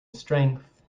strength